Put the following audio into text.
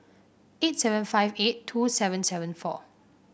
eight seven five eight two seven seven four